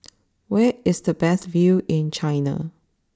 where is the best view in China